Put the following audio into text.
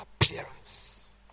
appearance